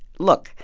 look.